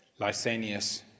Lysanias